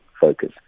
focus